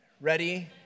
Ready